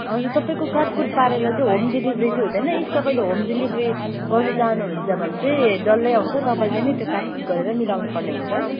हजुर तपाईँको काटकुट पारेर चाहिँ होम डिलिभेरी चाहिँ हुँदैन इफ तपाईँले होम डिलिभेरी गर्नु चाहनुहुन्छ भने चाहिँ डल्लै आउँछ तपाईँले नै त्यो काटकुट गरेर मिलाउनु पर्ने हुन्छ